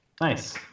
Nice